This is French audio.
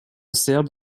serbe